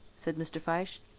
said mr. fyshe.